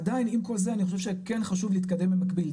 עדיין עם כל זה אני חושב שכן חשוב להתקדם במקביל,